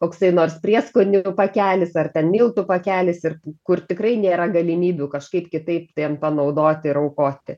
koksai nors prieskonių pakelis ar ten miltų pakelis ir kur tikrai nėra galimybių kažkaip kitaip ten panaudoti ir aukoti